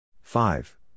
five